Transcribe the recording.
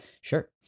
sure